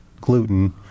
gluten